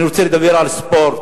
אני רוצה לדבר על ספורט,